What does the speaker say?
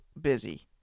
busy